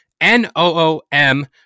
N-O-O-M